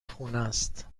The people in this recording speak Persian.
خونست